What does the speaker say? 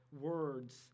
words